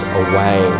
away